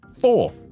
four